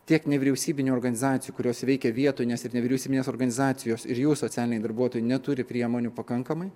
tiek nevyriausybinių organizacijų kurios veikia vietoj nes ir nevyriausybinės organizacijos ir jų socialiniai darbuotojai neturi priemonių pakankamai